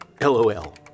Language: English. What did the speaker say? LOL